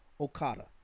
Okada